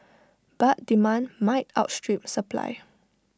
but demand might outstrip supply